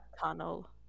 tunnel